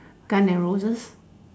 sun and roses